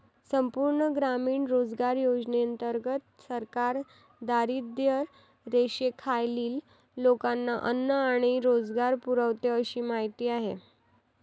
संपूर्ण ग्रामीण रोजगार योजनेंतर्गत सरकार दारिद्र्यरेषेखालील लोकांना अन्न आणि रोजगार पुरवते अशी माहिती आहे